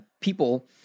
People